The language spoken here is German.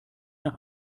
nach